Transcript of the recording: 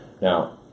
now